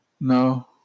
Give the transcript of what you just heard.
no